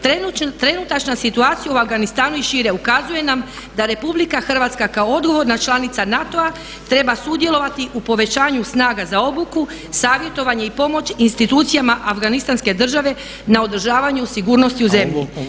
Trenutačna situacija u Afganistanu i šire ukazuje nam da RH kao odgovorna članica NATO-a treba sudjelovati u povećanju snaga za obuku, savjetovanje i pomoć institucijama Afganistanske države na održavanju sigurnosti u zemlji.